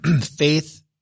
Faith